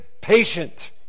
patient